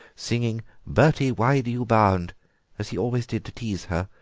singing bertie, why do you bound as he always did to tease her,